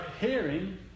hearing